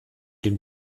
dem